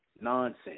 nonsense